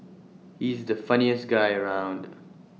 he's the funniest guy around